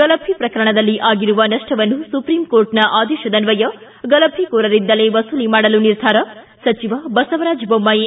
ಗಲಭೆ ಪ್ರಕರಣದಲ್ಲಿ ಆಗಿರುವ ನಷ್ಟವನ್ನು ಸುಪ್ರೀಂ ಕೋರ್ಟ್ನ ಆದೇಶದನ್ವಯ ಗಲಭೆಕೋರರಿಂದಲೇ ವಸೂಲಿ ಮಾಡಲು ನಿರ್ಧಾರ ಸಚಿವ ಬಸವರಾಜ್ ಬೊಮ್ಮಾಯಿ